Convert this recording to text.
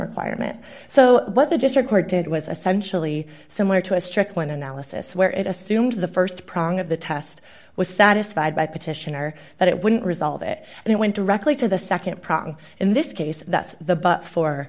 requirement so what the district court did was essentially similar to a strict one analysis where it assumed the st prong of the test was satisfied by petitioner that it wouldn't resolve it and it went directly to the nd prong in this case and that's the but for